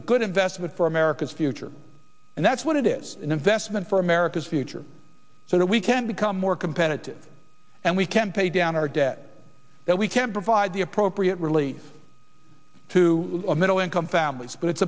a good investment for america's future and that's what it is an investment for america's future so that we can become more competitive and we can pay down our debt that we can provide the appropriate relief to middle income famil